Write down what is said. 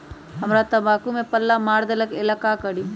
हमरा तंबाकू में पल्ला मार देलक ये ला का करी?